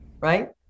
Right